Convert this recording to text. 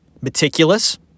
meticulous